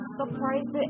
surprised